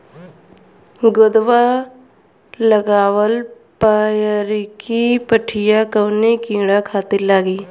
गोदवा लगवाल पियरकि पठिया कवने कीड़ा खातिर लगाई?